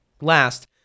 Last